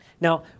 Now